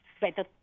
better